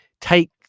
take